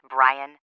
Brian